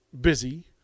busy